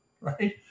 right